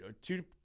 two